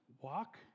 Walk